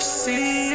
see